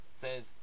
says